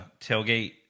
tailgate